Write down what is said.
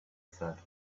said